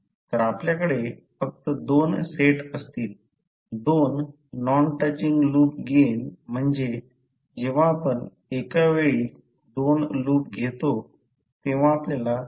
तर आपल्याकडे फक्त दोन सेट असतील दोन नॉन टचिंग लूप गेन म्हणजे जेव्हा आपण एका वेळी दोन लूप घेतो तेव्हा आपल्याला नॉन टचिंग लूप मिळवता येईल